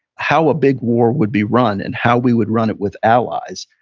how a big war would be run, and how we would run it with allies.